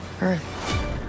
Earth